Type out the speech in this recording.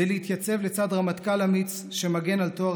זה להתייצב לצד רמטכ"ל אמיץ שמגן על טוהר